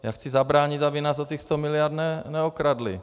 Já chci zabránit, aby nás o těch 100 miliard neokradli.